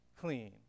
clean